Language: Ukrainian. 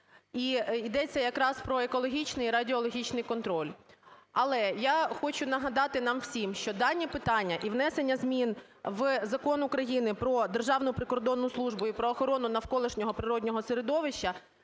І йдеться якраз про екологічний, радіологічний контроль. Але я хочу нагадати нам всім, що дані питання і внесення змін в Закон України про "Державну прикордонну службу" і "Про охорону навколишнього природнього середовища"